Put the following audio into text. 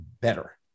better